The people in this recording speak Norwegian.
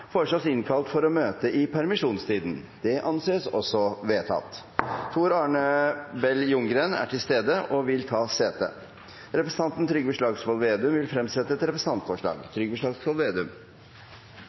Ljunggren innkalles for å møte i permisjonstiden. Tor Arne Bell Ljunggren er til stede og vil ta sete. Representanten Trygve Slagsvold Vedum vil fremsette et representantforslag.